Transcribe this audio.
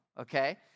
Okay